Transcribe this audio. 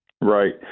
Right